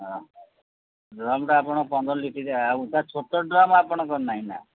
ଓ ହୋ ଡ୍ରମ୍ଟା ଆପଣ ପନ୍ଦର ଲିଟିରିଆ ଆଉ ସାର୍ ଛୋଟ ଡ୍ରମ୍ ଆପଣଙ୍କର ନାହିଁ ନା